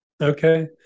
Okay